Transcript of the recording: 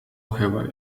have